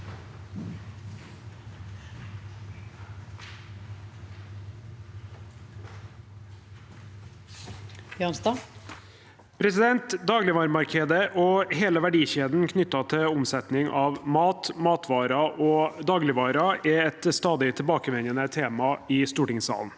Dagligvaremar- kedet og hele verdikjeden knyttet til omsetning av mat, matvarer og dagligvarer er et stadig tilbakevendende tema i stortingssalen.